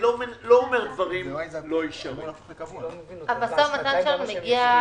זה לא משא ומתן.